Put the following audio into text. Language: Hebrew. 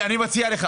אני מציע לך,